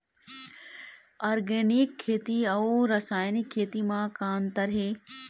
Organic खेती अउ रासायनिक खेती म का अंतर हे?